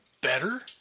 better